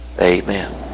Amen